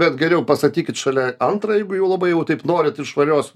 bet geriau pastatykit šalia antrą jeigu jau labai jau taip norit ir švarios